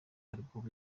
album